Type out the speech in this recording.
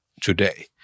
today